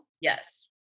Yes